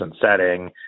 setting